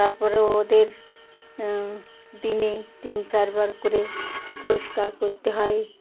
তারপরেও ওদের দিনে তিন চারবার করে পরিষ্কার করতে হয়